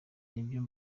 nibyo